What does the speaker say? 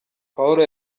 pawulo